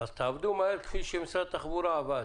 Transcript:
אז תעבדו מהר כפי שמשרד התחבורה עבד.